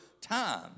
time